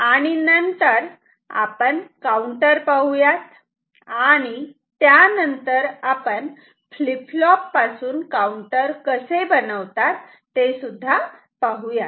आणि नंतर आपण काउंटर पाहुयात आणि त्यानंतर फ्लीप फ्लोप पासून काउंटर कसे बनवतात ते पाहूयात